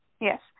yes